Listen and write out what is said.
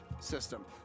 system